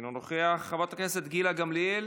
אינו נוכח, חברת הכנסת גילה גמליאל,